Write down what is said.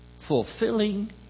fulfilling